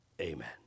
Amen